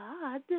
God